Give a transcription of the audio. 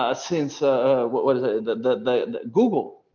ah since a what was the google,